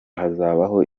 hazabaho